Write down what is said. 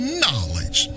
knowledge